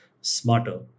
smarter